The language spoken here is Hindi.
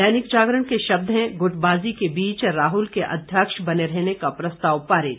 दैनिक जागरण के शब्द हैं ग्र्टबाजी के बीच राहल के अध्यक्ष बने रहने का प्रस्ताव पारित